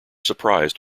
surprised